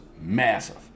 massive